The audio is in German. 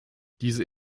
diese